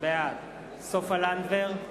בעד סופה לנדבר,